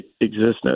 existence